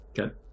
Okay